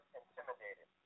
intimidated